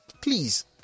please